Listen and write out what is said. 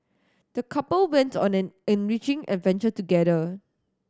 the couple went on an enriching adventure together